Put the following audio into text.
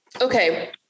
Okay